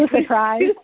Surprise